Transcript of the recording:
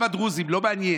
גם הדרוזים, לא מעניין.